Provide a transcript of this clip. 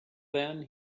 then